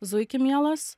zuiki mielas